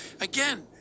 again